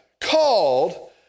called